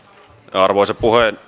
arvoisa